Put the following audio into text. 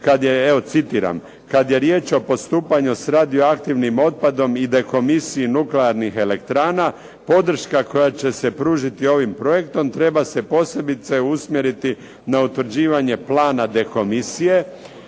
evo citiram: "kad je riječ o postupanju s radioaktivnim otpadom ide Komisiji nuklearnih elektrana, podrška koja će se pružiti ovim projektom treba se posebice usmjeriti na utvrđivanje plana dekomisije,